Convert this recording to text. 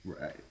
Right